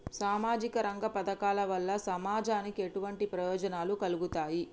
సామాజిక రంగ పథకాల వల్ల సమాజానికి ఎటువంటి ప్రయోజనాలు కలుగుతాయి?